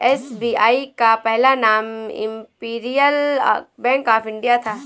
SBI का पहला नाम इम्पीरीअल बैंक ऑफ इंडिया था